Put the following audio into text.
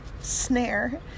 snare